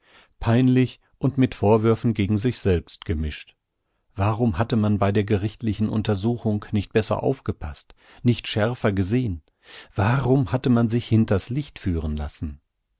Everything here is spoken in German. peinlich und mit vorwürfen gegen sich selbst gemischt warum hatte man bei der gerichtlichen untersuchung nicht besser aufgepaßt nicht schärfer gesehn warum hatte man sich hinters licht führen lassen